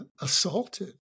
assaulted